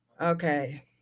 Okay